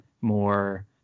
more